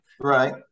right